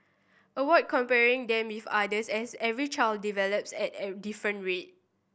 avoid comparing them with others as every child develops at a different rate